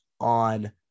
on